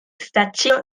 staĉjo